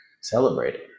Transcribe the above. celebrating